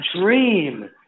dream